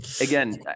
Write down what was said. Again